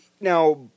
Now